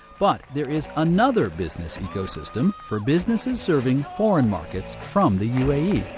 but there is another business ecosystem for businesses serving foreign markets from the uae,